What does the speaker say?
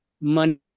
money